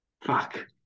Fuck